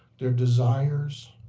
their desires.